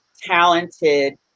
talented